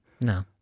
No